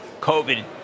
COVID